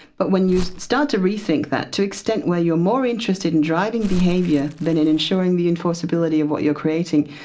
but when you start to rethink that to an extent where you are more interested in driving behaviour than in ensuring the enforceability of what you are creating,